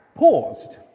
paused